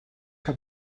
que